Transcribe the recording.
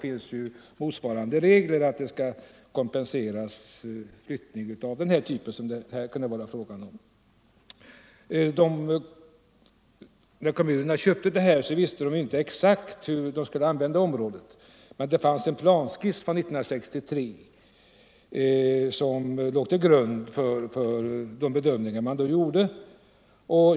Bestämmelser finns om kompensation för sådan utflyttning som det här är fråga om. När kommunerna köpte området visste de inte exakt hur de skulle använda det. Det fanns en planskiss från 1963, vilken låg till grund för de bedömningar som då gjordes.